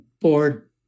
board